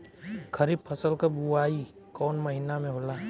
खरीफ फसल क बुवाई कौन महीना में होला?